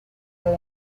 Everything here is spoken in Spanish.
del